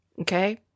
Okay